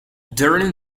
during